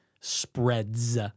spreads